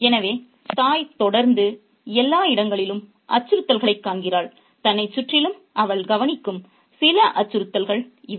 எனவே தாய் தொடர்ந்து எல்லா இடங்களிலும் அச்சுறுத்தல்களைக் காண்கிறாள் தன்னைச் சுற்றிலும் அவள் கவனிக்கும் சில அச்சுறுத்தல்கள் இவை